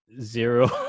zero